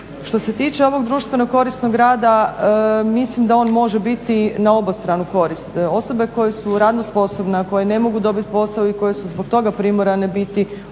Što se tiče ovog društveno korisnog rada mislim da on može biti na obostranu korist. Osobe koje su radno sposobne, koje ne mogu dobiti posao i koje su zbog toga primorane biti